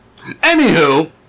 Anywho